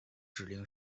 指令